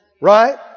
Right